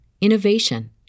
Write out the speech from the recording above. innovation